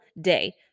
day